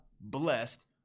blessed